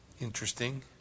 interesting